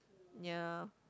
ya